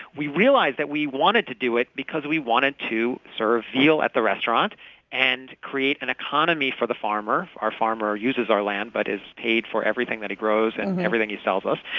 we realized that we wanted to do it because we wanted to serve veal at the restaurant and create an economy for the farmer. our farmer uses our land but is paid for everything he grows and and everything he sells us.